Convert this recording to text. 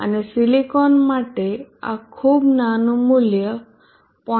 અને સિલિકોન માટે આ ખૂબ નાનું મૂલ્ય 0